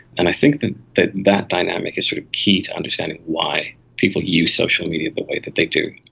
and i think that that that dynamic is sort of key to understanding why people use social media the way that they do.